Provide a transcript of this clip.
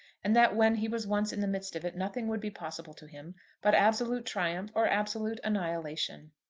and that when he was once in the midst of it nothing would be possible to him but absolute triumph or absolute annihilation.